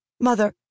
Mother